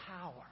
power